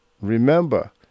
remember